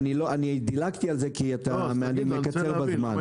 דילגתי על זה כי אני מקצר בזמן.